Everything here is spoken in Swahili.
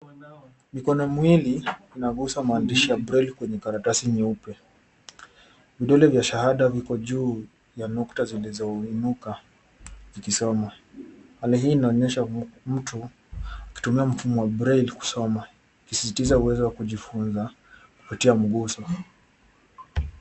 Mikono miwili inagusa maandishi ya braille kwenye karatasi nyeupe. Vidole vya shahada viko juu ya nukta zilizoinuka vikisoma. Hali hii inaonyesha mtu akitumia mfumo wa braille kusoma ikisisitiza uwezo wa kujifunza kupitia mguso.